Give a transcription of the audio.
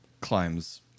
climbs